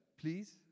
please